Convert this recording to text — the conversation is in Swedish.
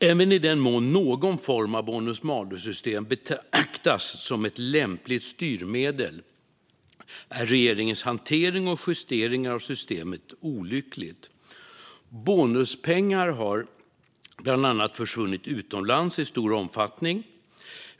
Även i den mån någon form av bonus malus-system betraktas som ett lämpligt styrmedel är regeringens hantering och justeringar av systemet olyckliga. Bonuspengar har bland annat försvunnit utomlands i stor omfattning.